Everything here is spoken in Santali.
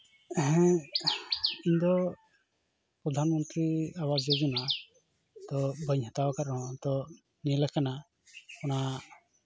ᱦᱮᱸ ᱤᱧᱫᱚ ᱯᱨᱚᱫᱷᱟᱱ ᱢᱚᱱᱛᱨᱤ ᱟᱵᱟᱥ ᱡᱳᱡᱚᱱᱟ ᱫᱚ ᱵᱟᱹᱧ ᱦᱟᱛᱟᱣ ᱟᱠᱟᱫ ᱨᱮᱦᱚᱸ ᱛᱳ ᱧᱮᱞ ᱟᱠᱟᱱᱟ ᱚᱱᱟ